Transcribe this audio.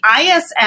ISM